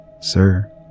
Sir